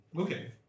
Okay